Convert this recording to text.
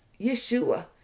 Yeshua